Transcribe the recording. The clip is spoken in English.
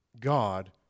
God